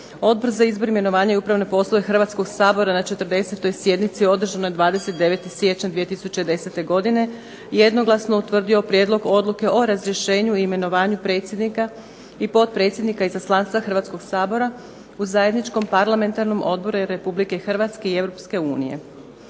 Odbor za izbor, imenovanja i upravne poslove Hrvatskoga sabora na 400. sjednici održanoj 29. siječnja 2010. godine jednoglasno je utvrdio Prijedlog odluke o razrješenju i imenovanju predsjednika i potpredsjednika izaslanstva Hrvatskoga sabora u Zajedničkom parlamentarnom odboru Republike Hrvatske i